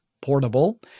portable